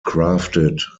crafted